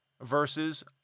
versus